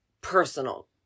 personal